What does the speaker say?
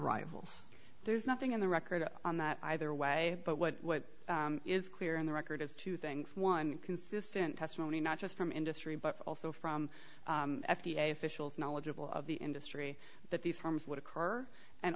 rifles there's nothing in the record on that either way but what is clear in the record is two things one consistent testimony not just from industry but also from f d a officials knowledgeable of the industry that these firms would occur and